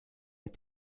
and